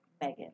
Megan